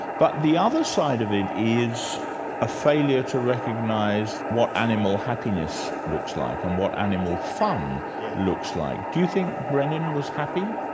but the other side of it is a failure to recognise what animal happiness looks like, and what animal fun yeah looks like. do you think brenin was happy?